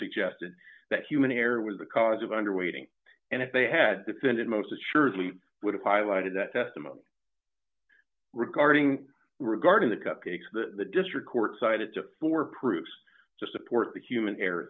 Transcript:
suggested that human error was the cause of under waiting and if they had depended most assuredly would have highlighted that testimony regarding regarding the cupcakes the district court cited to four proofs to support the human error